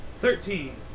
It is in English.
Thirteen